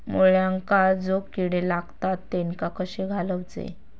मुळ्यांका जो किडे लागतात तेनका कशे घालवचे?